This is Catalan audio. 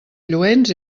lluents